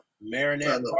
Marinette